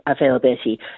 availability